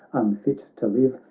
unfit to live,